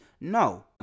No